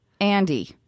Andy